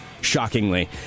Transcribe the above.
shockingly